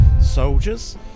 soldiers